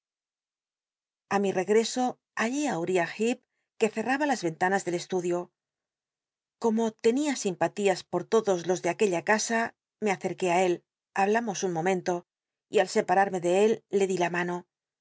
a mi rcgreso hallé ü ul'ia h lleep que cerraba las ven lanas del estudio como tenia simpatías por todos los de aquella casa me accr'qué á él hablamos un momento y al separarme de él le di la mano oh